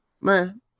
man